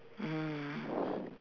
mm